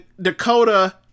Dakota